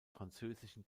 französischen